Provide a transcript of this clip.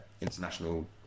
international